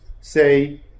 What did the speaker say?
say